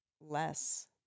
less